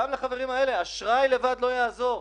גם לחברים האלה אשראי לבד לא יעזור.